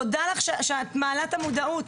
תודה לך שאת מעלה את המודעות.